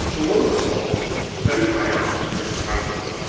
below the salt sat minor officers of the household,